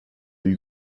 you